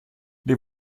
les